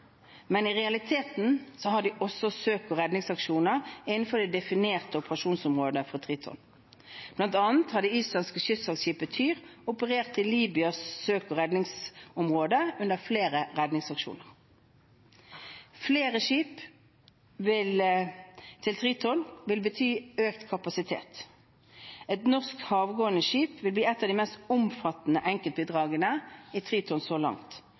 men i realiteten har de også søk- og redningsaksjoner innenfor det definerte operasjonsområdet for Triton. Blant annet har det islandske kystvaktskipet «Tyr» operert i Libyas søk- og redningsområde under flere redningsaksjoner. Flere skip til Triton vil bety økt kapasitet. Et norsk havgående skip vil bli et av de mest omfattende enkeltbidragene i Triton så langt.